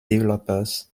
developers